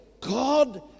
God